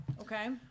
okay